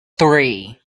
three